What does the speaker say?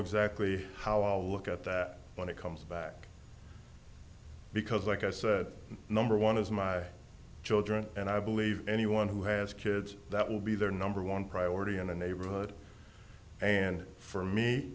exactly how i'll look at that when it comes back because like i said number one is my children and i believe anyone who has kids that will be their number one priority in a neighborhood and for me